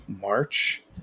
march